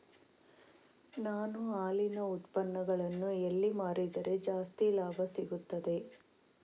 ನಾನು ಹಾಲಿನ ಉತ್ಪನ್ನಗಳನ್ನು ಎಲ್ಲಿ ಮಾರಿದರೆ ಜಾಸ್ತಿ ಲಾಭ ಸಿಗುತ್ತದೆ?